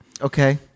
Okay